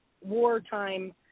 wartime